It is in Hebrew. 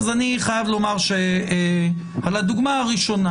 אני חייב לומר שלגבי הדוגמה הראשונה,